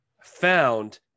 found